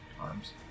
arms